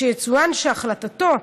יצוין שהחלטתו,